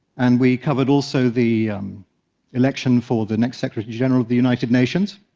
and we covered also the election for the next secretary-general of the united nations.